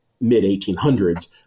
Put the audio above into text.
mid-1800s